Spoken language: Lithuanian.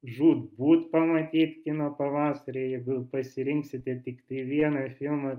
žūtbūt pamatyt kino pavasary jeigu pasirinksite tiktai vieną filmą